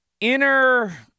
inner